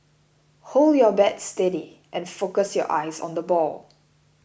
hold your bat steady and focus your eyes on the ball